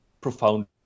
profound